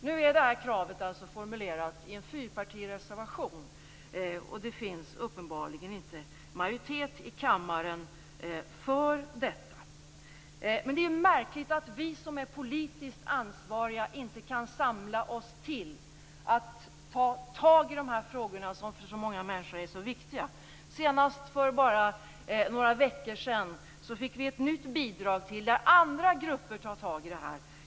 Nu är det här kravet alltså formulerat i en fyrpartireservation, och det finns uppenbarligen inte majoritet i kammaren för detta. Men det är märkligt att vi som är politiskt ansvariga inte kan samla oss till att ta tag i dessa frågor, som för så många människor är så viktiga. Senast för bara några veckor sedan fick vi se ett nytt bidrag som visade hur andra grupper tar tag i frågorna.